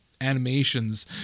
animations